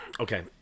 Okay